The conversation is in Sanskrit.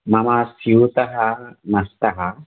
मम स्यूतः नष्टः